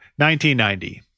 1990